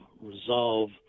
resolve